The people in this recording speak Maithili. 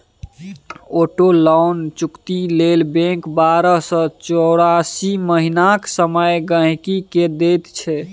आटो लोन चुकती लेल बैंक बारह सँ चौरासी महीनाक समय गांहिकी केँ दैत छै